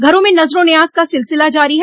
घरों में नज़ ओ नयाज़ का सिलसिला जारी है